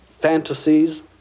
fantasies